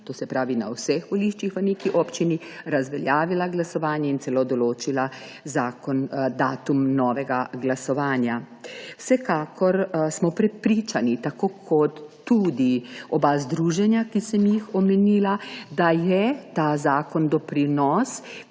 to se pravi na vseh voliščih v neki občini, razveljavila glasovanje in celo določila datum novega glasovanja. Vsekakor smo prepričani, tako kot tudi obe združenji, ki sem ju omenila, da je ta zakon doprinos